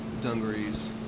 dungarees